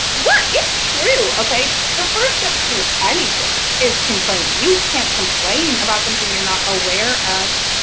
what, it's true, okay? the first step to anything is complaining. you can't complain about something you're not aware of.